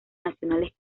nacionales